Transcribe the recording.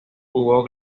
hubo